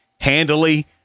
handily